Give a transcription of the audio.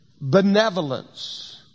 benevolence